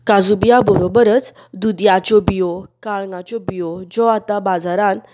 काजू बियां बरोबरच दुदयाच्यो बियो काळंगाच्यो बियो ज्यो आतां बाजारांत